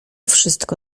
wszystko